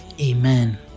Amen